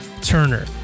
Turner